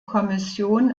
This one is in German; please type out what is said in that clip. kommission